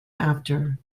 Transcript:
after